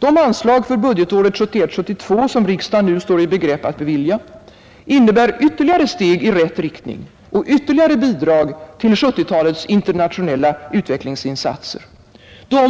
De anslag för budgetåret 1971/72 som riksdagen nu står i begrepp att bevilja innebär ytterligare steg i rätt riktning och ytterligare bidrag till 1970-talets internationella utvecklingsinsatser,